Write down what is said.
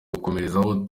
gukomerezaho